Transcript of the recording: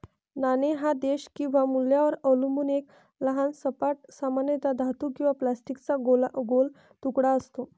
नाणे हा देश किंवा मूल्यावर अवलंबून एक लहान सपाट, सामान्यतः धातू किंवा प्लास्टिकचा गोल तुकडा असतो